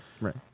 right